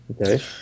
Okay